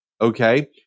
okay